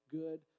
good